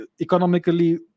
economically